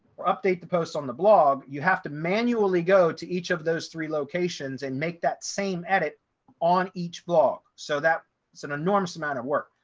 or update the post on the blog, you have to manually go to each of those three locations and make that same edit on each blog. so that is an enormous amount of work.